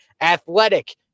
Athletic